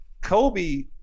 Kobe